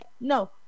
No